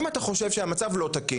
אבל אם אתה חושב שהמצב הזה לא תקין,